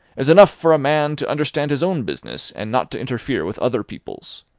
it's enough for a man to understand his own business, and not to interfere with other people's.